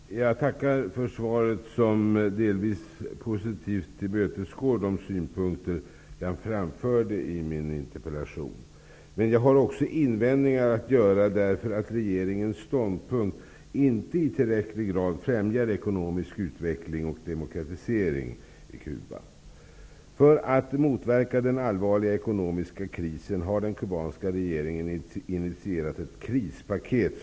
Herr talman! Jag tackar för svaret, som delvis positivt tillmötesgår de synpunkter jag framförde i min interpellation om Cuba. Men jag har också invändningar, eftersom regeringens ståndpunkt inte i tillräcklig grad främjar ekonomisk utveckling och demokratisering av Cuba. För att motverka den allvarliga ekonomiska krisen har den kubanska regeringen initierat ett krispaket.